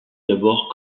d’abord